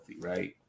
right